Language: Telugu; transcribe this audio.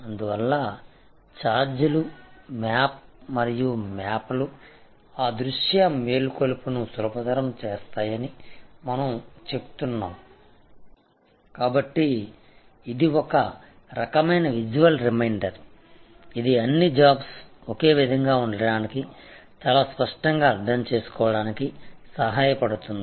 అందువల్ల చార్ట్ లు మరియు మ్యాప్ లు దృశ్య మేల్కొలుపును సులభతరం చేస్తాయని మనం చెప్తున్నాము కాబట్టి ఇది ఒక రకమైన విజువల్ రిమైండర్ ఇది అన్ని జాబ్స్ ఒకే విధంగా ఉండటానికి చాలా స్పష్టంగా అర్థం చేసుకోవడానికి సహాయపడుతుంది